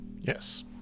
Yes